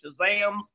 Shazams